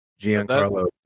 Giancarlo